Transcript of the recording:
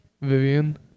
Vivian